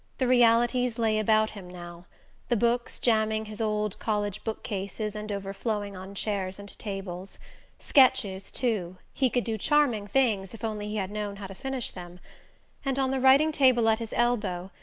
the realities lay about him now the books jamming his old college bookcases and overflowing on chairs and tables sketches too he could do charming things, if only he had known how to finish them and, on the writing-table at his elbow,